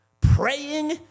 praying